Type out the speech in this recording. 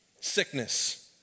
sickness